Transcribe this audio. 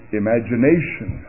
imagination